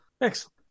Excellent